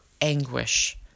anguish